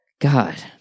God